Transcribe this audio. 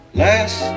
last